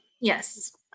yes